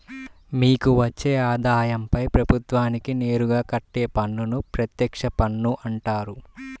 మీకు వచ్చే ఆదాయంపై ప్రభుత్వానికి నేరుగా కట్టే పన్నును ప్రత్యక్ష పన్ను అంటారు